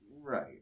Right